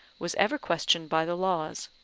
was ever questioned by the laws.